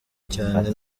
cyane